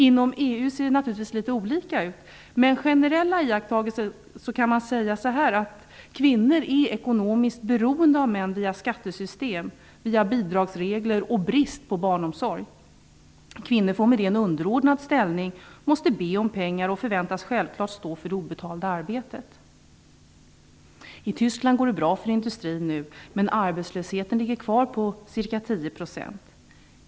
Inom EU ser det naturligtvis litet olika ut, men en generell iakttagelse är att kvinnor är ekonomiskt beroende av män via skattesystem, bidragsregler och brist på barnomsorg. Kvinnor får i och med det en underordnad ställning. De måste be om pengar och förväntas självfallet stå för det obetalda arbetet. I Tyskland går det bra för industrin nu, men arbetslösheten ligger kvar på ca 10 %.